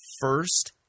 first